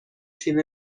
تیم